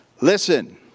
listen